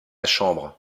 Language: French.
chambre